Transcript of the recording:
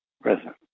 present